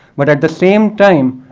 but at the same time,